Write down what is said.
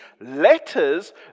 letters